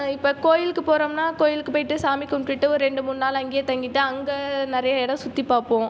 இப்போ கோவிலுக்கு போகிறம்னா கோவிலுக்கு போயிட்டு சாமி கும்பிட்டுட்டு ஒரு ரெண்டு மூணு நாள் அங்கேயே தங்கிட்டு அங்கே நிறைய இடம் சுற்றி பார்ப்போம்